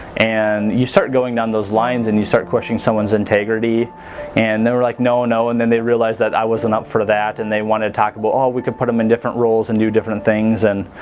and you start going down those lines and you start questioning someone's integrity and they're like no no and then they realized that i wasn't up for that and they want to talk about all we could put them in different roles and do different things and